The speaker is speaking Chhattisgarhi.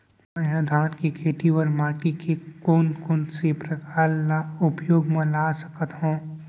मै ह धान के खेती बर माटी के कोन कोन से प्रकार ला उपयोग मा ला सकत हव?